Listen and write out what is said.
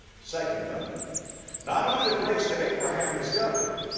second thing not only the grace that abraham discovered,